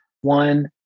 one